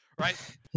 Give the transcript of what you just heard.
right